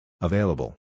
Available